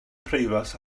preifat